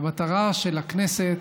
והמטרה של הכנסת,